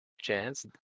chance